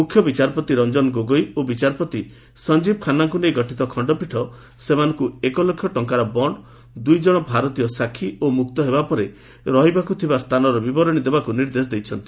ମୁଖ୍ୟ ବିଚାରପତି ରଞ୍ଜନ ଗୋଗୋଇ ଓ ବିଚାରପତି ସଞ୍ଜୀବ୍ ଖାନ୍ନାଙ୍କୁ ନେଇ ଗଠିତ ଖଣ୍ଡପୀଠ ସେମାନଙ୍କୁ ଏକ ଲକ୍ଷ ଟଙ୍କାର ବଣ୍ଡ୍ ଦୁଇ ଜଣ ଭାରତୀୟ ସାକ୍ଷୀ ଓ ମୁକ୍ତ ହେବା ପରେ ରହିବାକୁ ଥିବା ସ୍ଥାନର ବିବରଣୀ ଦେବାକୁ ନିର୍ଦ୍ଦେଶ ଦେଇଛନ୍ତି